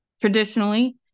traditionally